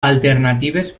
alternatives